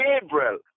Gabriel